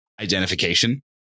identification